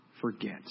forget